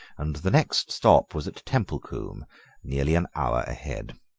and the next stop was at templecombe, nearly an hour ahead.